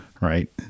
Right